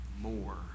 more